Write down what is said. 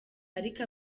ariko